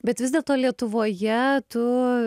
bet vis dėlto lietuvoje tu